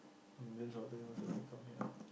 the millions out there that's already come here